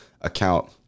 account